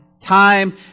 time